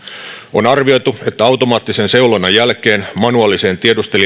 on arvioitu että automaattisen seulonnan jälkeen manuaaliseen